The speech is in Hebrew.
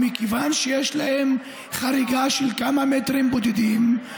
אך מכיוון שיש להם חריגה של כמה מטרים בודדים,